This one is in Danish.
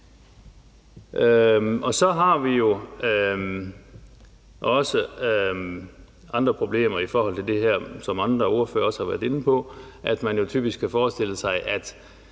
Så har vi også andre problemer i forhold til det her, som andre ordførere også har været inde på, nemlig at man jo typisk kan forestille sig, at